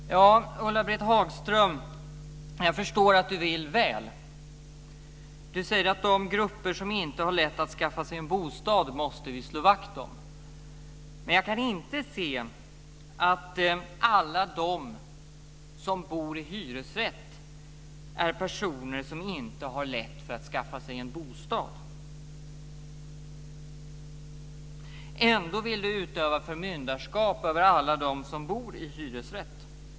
Fru talman! Jag förstår att Ulla-Britt Hagström vill väl. Hon säger att vi måste slå vakt om de grupper som inte har lätt att skaffa sig en bostad. Men jag kan inte se att alla de som bor i hyresrätt är personer som inte har lätt för att skaffa sig en bostad. Ändå vill Ulla-Britt Hagström utöva förmyndarskap över alla dem som bor i hyresrätt.